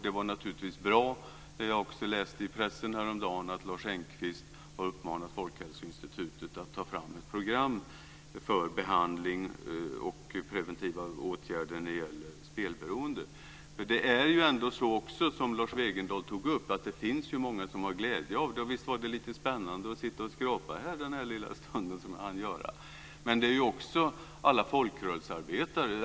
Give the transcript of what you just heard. Det var också bra, som jag läste i pressen häromdagen, att Lars Engqvist har uppmanat Folkhälsoinstitutet att ta fram ett program för behandling och preventiva åtgärder när det gäller spelberoende. Det är ju ändå så, som Lars Wegendal tog upp, att det finns många som har glädje av spel. Och visst var det lite spännande att skrapa en trisslott den lilla stund vi hann göra det.